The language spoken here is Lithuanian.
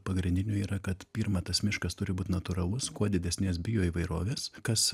pagrindinių yra kad pirma tas miškas turi būt natūralus kuo didesnės bioįvairovės kas